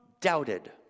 doubted